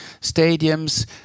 stadiums